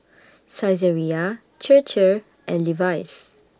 Saizeriya Chir Chir and Levi's